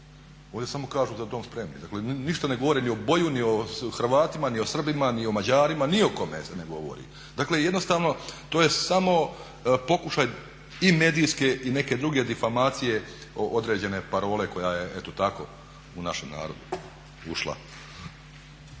Ovdje samo kažu za dom spremni. Dakle, ništa ne govore ni o boju ni o Hrvatima, ni o Srbima, ni o Mađarima ni o kome se ne govori. Dakle, jednostavno to je samo pokušaj i medijske i neke druge difamacije određene parole koja je eto tako u našem narodu ušla.